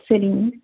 சரிங்க